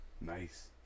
Nice